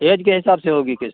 age के हिसाब से होगी के